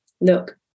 look